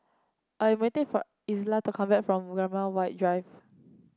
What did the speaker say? I waiting for Isla to come back from Graham White Drive